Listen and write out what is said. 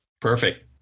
Perfect